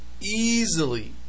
easily